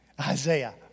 Isaiah